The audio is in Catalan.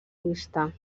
vista